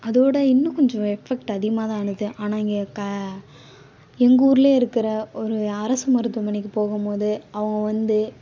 அதோட இன்னும் கொஞ்சம் எஃபெக்ட் அதிகமாக தான் ஆனது ஆனால் இங்கே கா எங்கள் ஊரிலே இருக்கிற ஒரு அரசு மருத்துவமனைக்கு போகும்போது அவங்க வந்து